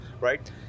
right